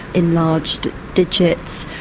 enlarged digits,